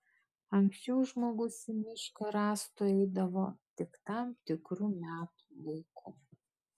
anksčiau žmogus į mišką rąstų eidavo tik tam tikru metų laiku